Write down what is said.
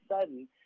sudden